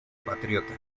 patriota